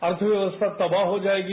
अर्थव्यवस्था तबाह हो जाएगी